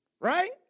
Right